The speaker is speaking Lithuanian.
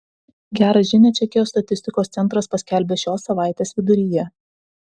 gerą žinią čekijos statistikos centras paskelbė šios savaitės viduryje